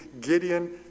Gideon